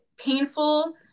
Painful